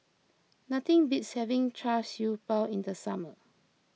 nothing beats having Char Siew Bao in the summer